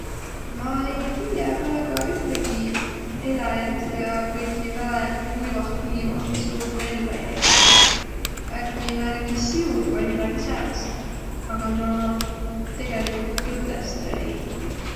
Ma ei tiiäq üttegi eläjät, kiä kuigi väega kuivah kliimah suutnuq ello jäiäq. Äkki määnegi siug vai midägi säänest? Aga ma tegeligult tõtõstõ ei tiiäq..